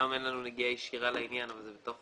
אמנם אין לנו נגיעה ישירה לעניין הם בסך